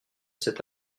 cet